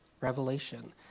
revelation